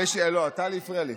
לא, טלי הפריעה לי.